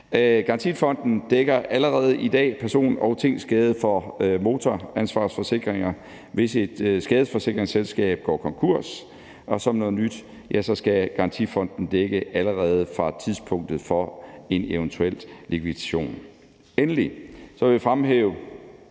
Garantifonden dækker allerede i dag person- og tingskade for motoransvarsforsikringer, hvis et skadesforsikringsselskab går konkurs, og som noget nyt skal garantifonden dække allerede fra tidspunktet for en eventuel likvidation. Endelig vil jeg fremhæve,